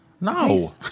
No